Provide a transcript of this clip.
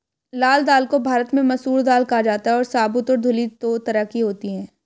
लाल दाल को भारत में मसूर दाल कहा जाता है और साबूत और धुली दो तरह की होती है